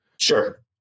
Sure